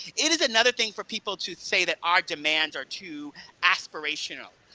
it is another thing for people to say that our demands are too aspirational.